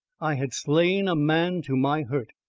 i had slain a man to my hurt,